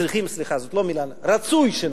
"צריכים", סליחה, זאת לא המלה, רצוי שנציג,